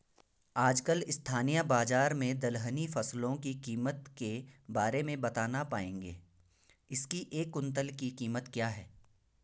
आजकल स्थानीय बाज़ार में दलहनी फसलों की कीमत के बारे में बताना पाएंगे इसकी एक कुन्तल की कीमत क्या है?